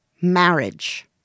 marriage